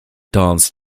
dance